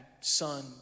son